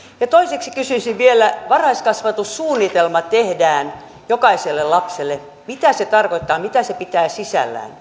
ja toiseksi kysyisin vielä varhaiskasvatussuunnitelma tehdään jokaiselle lapselle mitä se tarkoittaa mitä tämä suunnitelma pitää sisällään